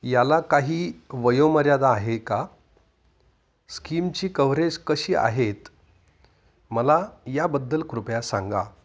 याला काही वयोमर्यादा आहे का स्कीमची कव्हरेज कशी आहेत मला याबद्दल कृपया सांगा